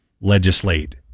legislate